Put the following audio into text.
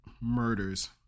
murders